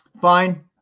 Fine